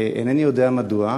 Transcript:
איני יודע מדוע,